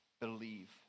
Believe